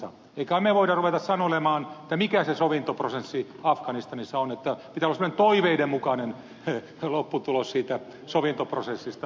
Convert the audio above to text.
emme kai me voi ruveta sanelemaan mikä se sovintoprosessi afganistanissa on että pitää olla semmoinen toiveiden mukainen lopputulos siitä sovintoprosessista